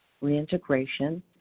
reintegration